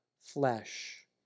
flesh